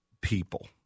people